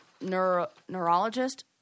neurologist